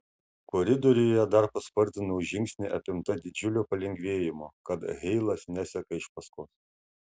koridoriuje dar paspartinau žingsnį apimta didžiulio palengvėjimo kad heilas neseka iš paskos